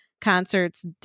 concerts